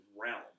realm